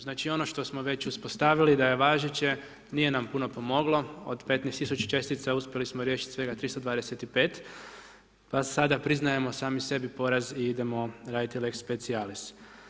Znači ono što smo već uspostavili da je važeće, nije nam puno pomoglo, od 15000 čestica, uspjeli smo riješiti svega 325, pa sada priznajemo sami sebi poraz i idemo raditi Lex specialis.